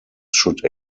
should